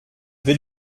vais